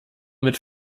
mit